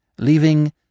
leaving